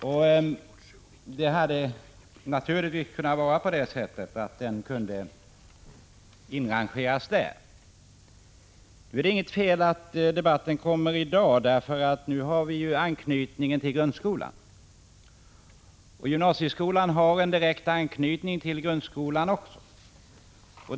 Frågan borde som sagt ha kunnat inrangeras där. Nu är det emellertid inget fel i att denna debatt förs i dag, eftersom vi nu har en anknytning till grundskolan. Gymnasieskolan har också en direkt anknytning till grundskolan.